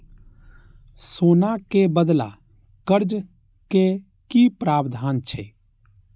सोना के बदला कर्ज के कि प्रावधान छै?